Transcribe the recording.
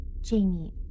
Jamie